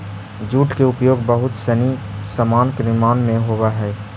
jute के उपयोग बहुत सनी सामान के निर्माण में होवऽ हई